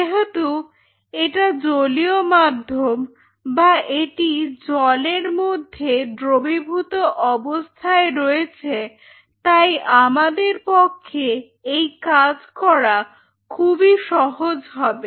যেহেতু এটা জলীয় মাধ্যম বা এটি জলের মধ্যে দ্রবীভূত অবস্থায় রয়েছে তাই আমাদের পক্ষে এই কাজ করা খুবই সহজ হবে